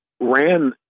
ran